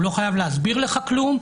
הוא לא חייב להסביר לך כלום,